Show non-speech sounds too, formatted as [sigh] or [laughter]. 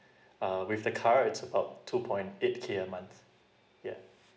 [breath] uh with the car it's about two point eight K a month yeah